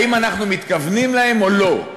האם אנחנו מתכוונים להם או לא,